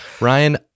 Ryan